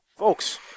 Folks